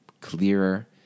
clearer